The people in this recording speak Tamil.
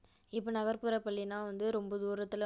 இப்போ நகர்ப்புற பள்ளின்னால் வந்து ரொம்ப தூரத்தில்